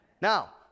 Now